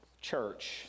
Church